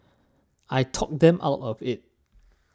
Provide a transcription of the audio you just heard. I talked them out of it